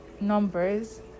numbers